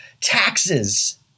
taxes